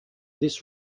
this